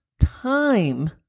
time